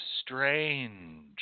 strange